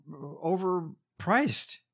overpriced